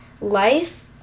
life